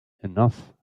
enough